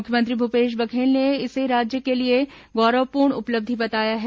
मुख्यमंत्री भूपेश बघेल ने इसे राज्य के लिए गौरवपूर्ण उपलब्धि बताया है